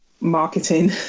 marketing